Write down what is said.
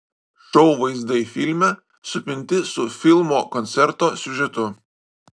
šou vaizdai filme supinti su filmo koncerto siužetu